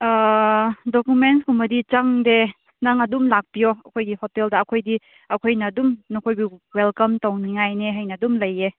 ꯑꯥ documents ꯀꯨꯝꯕꯗꯤ ꯆꯪꯗꯦ ꯅꯪ ꯑꯗꯨꯝ ꯂꯥꯛꯄꯤꯌꯣ ꯑꯩꯈꯣꯏꯒꯤ ꯍꯣꯇꯦꯜꯗ ꯑꯩꯈꯣꯏꯗꯤ ꯑꯩꯈꯣꯏꯅ ꯑꯗꯨꯝ ꯅꯈꯣꯏꯕꯨ ꯋꯦꯜꯀꯝ ꯇꯧꯅꯤꯡꯉꯥꯏꯅꯦ ꯍꯥꯏꯅ ꯑꯗꯨꯝ ꯂꯩꯌꯦ